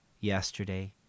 yesterday